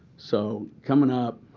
so coming up,